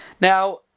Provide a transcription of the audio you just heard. Now